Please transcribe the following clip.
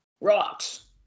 rocks